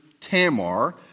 Tamar